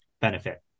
benefit